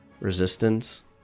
resistance